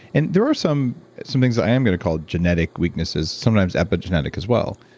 and there are some some things that i am going to call genetic weaknesses, sometimes epigenetic as well.